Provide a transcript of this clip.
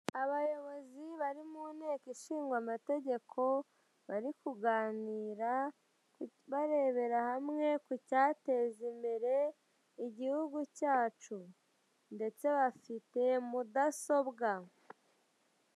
Abayobozi bari mu nteko ishingwa amategeko, bari kuganira, barebera hamwe ku cyateza imbere igihugu cyacu. Ndetse bafite mudasobwa.